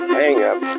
hang-up